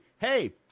hey